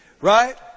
Right